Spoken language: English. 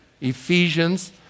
Ephesians